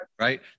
Right